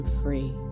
free